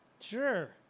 Sure